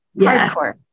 hardcore